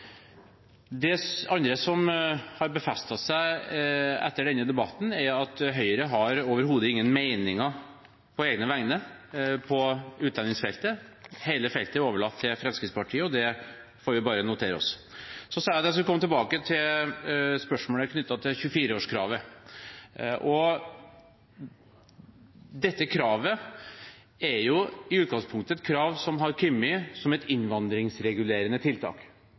Det andre som har befestet seg etter denne debatten, er at Høyre har overhodet ingen meninger på egne vegne på utlendingsfeltet. Hele feltet er overlatt til Fremskrittspartiet, og det får vi bare notere oss. Så sa jeg at jeg ville komme tilbake til spørsmålet knyttet til 24-årskravet. Dette kravet er jo i utgangspunktet et krav som har kommet som et innvandringsregulerende tiltak.